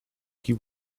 key